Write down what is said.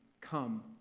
come